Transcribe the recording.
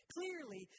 Clearly